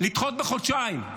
לדחות בחודשיים.